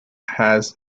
has